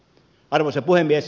arvoisa puhemies